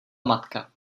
matka